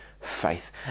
faith